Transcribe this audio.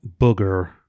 Booger